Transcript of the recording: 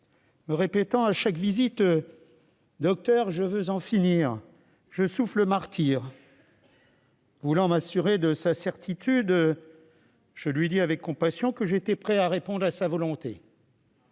me répétant à chaque visite :« Docteur, je veux en finir, je souffre le martyre. » Voulant m'assurer de sa certitude, je lui dis avec compassion que j'étais prêt à répondre à sa volonté.